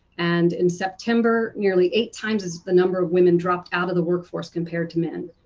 and in september nearly eight times the number of women dropped out of the workforce compared to men.